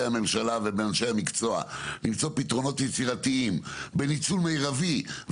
הממשלה ובאנשי המקצוע למצוא פתרונות יצירתיים בניצול מירבי?